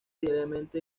diariamente